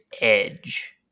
Edge